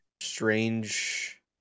strange